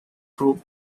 group